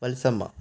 Valsamma